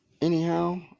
Anyhow